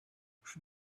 she